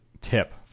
tip